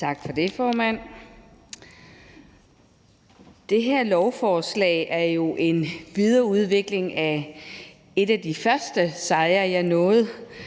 Tak for det, formand. Det her lovforslag er jo en videreudvikling er en af de første sejre, jeg opnåede,